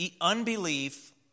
Unbelief